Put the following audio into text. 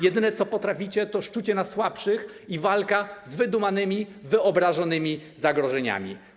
Jedyne, co potraficie, to szczucie na słabszych i walka z wydumanymi, wyobrażonymi zagrożeniami.